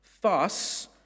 Thus